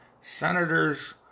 Senators